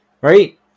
Right